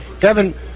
Kevin